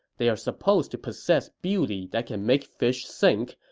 they are supposed to possess beauty that can make fish sink,